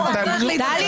טלי.